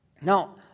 Now